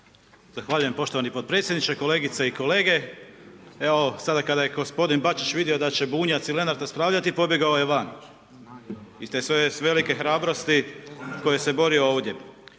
Zahvaljujem poštovani podpredsjedniče, kolegice i kolege. Evo, sada kada je gospodin Bačić vidio da će Bunjac ili Lenart raspravljati, pobjegao je van, iz te svoje velike hrabrosti koje se borio ovdje.